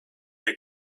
you